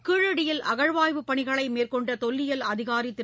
கீழடியில் அகழாய்வுப் பணிகளைமேற்கொண்டதொல்லியல்துறைஅதிகாரிதிரு